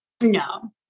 No